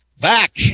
Back